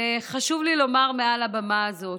חשוב לי לומר מעל הבמה הזאת: